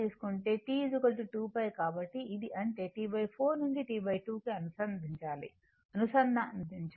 కాబట్టి ఇది అంటే T 4 నుండి T 2 కు అనుసంధానించాలి